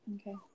okay